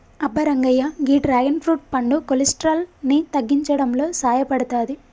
అబ్బ రంగయ్య గీ dragon fruit పండు కొలెస్ట్రాల్ ని తగ్గించడంలో సాయపడతాది